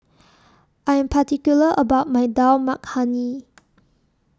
I Am particular about My Dal Makhani